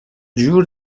جور